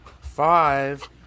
five